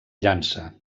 llança